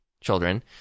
children